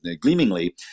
gleamingly